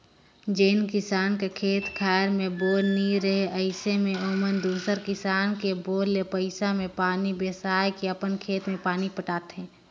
जेन किसान कर खेत खाएर मे बोर नी रहें अइसे मे ओमन दूसर किसान कर बोर ले पइसा मे पानी बेसाए के अपन खेत मे पानी पटाथे